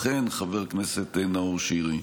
לכן, חבר הכנסת נאור שירי,